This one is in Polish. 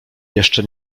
jeszcze